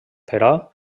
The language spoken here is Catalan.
però